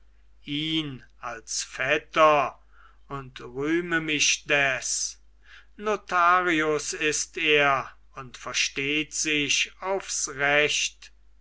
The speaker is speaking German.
ihn als vetter und rühme mich des notarius ist er und versteht sich aufs recht